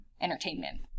entertainment